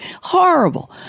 horrible